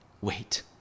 wait